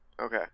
Okay